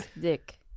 dick